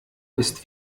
ist